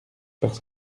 parce